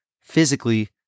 physically